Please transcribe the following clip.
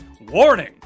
warning